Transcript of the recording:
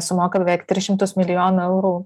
sumoka beveik tris šimtus milijonų eurų